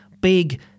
big